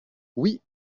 oui